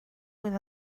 with